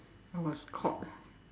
I was caught